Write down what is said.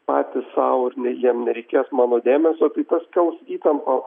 patys sau ir ne jiem nereikės mano dėmesio tai tas kels įtampą